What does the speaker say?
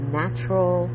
natural